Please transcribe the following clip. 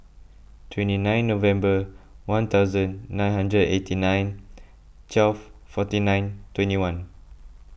twenty nine November one thousand nine hundred eighty nine twelve forty nine twenty one